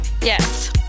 Yes